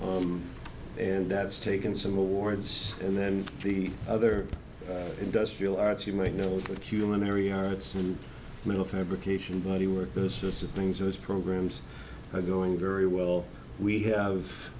have and that's taken some awards and then the other industrial arts you might know of culinary arts and metal fabrication body work those sorts of things those programs are going very well we have